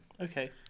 Okay